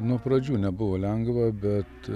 nuo pradžių nebuvo lengva bet